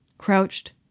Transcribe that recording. Crouched